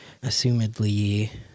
assumedly